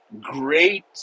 great